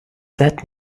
that